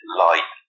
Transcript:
light